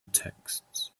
texts